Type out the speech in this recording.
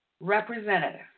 representative